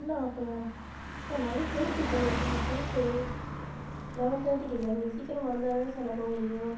இன்னும் ஹாஃப்னவரா சார் நான் வந்து ஃபிளைட்டுக்கு போகணும் சார் ஃபிளைட்டு லெவன் தேர்ட்டிக்கு சார் நீங்கள் சீக்கிரமாக வந்தா தான் சார் நான் போக முடியும்